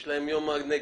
יש להם יום הנגב.